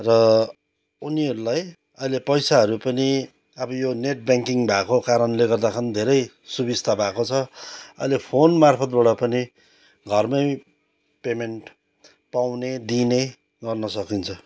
र उनीहरूलाई अहिले पैसाहरू पनि अब यो नेट ब्याङ्किङ भएको कारणले गर्दाखेरि धेरै सुविस्ता भएको छ अहिले फोनमार्फत् बाट पनि घरमै पेमेन्ट पाउने दिने गर्न सकिन्छ